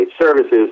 Services